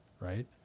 right